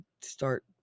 start